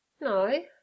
No